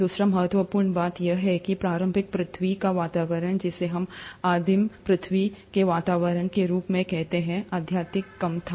दूसरी महत्वपूर्ण बात यह है कि प्रारंभिक पृथ्वी का वातावरण जिसे हम आदिम पृथ्वी के वातावरण के रूप में कहते हैं अत्यधिक कम था